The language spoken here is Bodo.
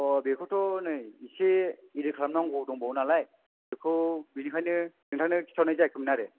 अ बेखौथ' नै एसे रेदि खालामनांगौ दंबावो नालाय बेखौ बेनिखायनो नोंथांनो खिन्थाहरनाय जायाखैमोन आरो